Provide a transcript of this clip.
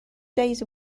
days